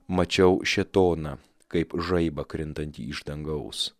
mačiau šėtoną kaip žaibą krintantį iš dangaus